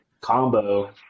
combo